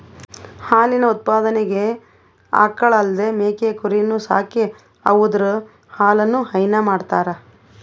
ಹಾಲಿನ್ ಉತ್ಪಾದನೆಗ್ ಆಕಳ್ ಅಲ್ದೇ ಮೇಕೆ ಕುರಿನೂ ಸಾಕಿ ಅವುದ್ರ್ ಹಾಲನು ಹೈನಾ ಮಾಡ್ತರ್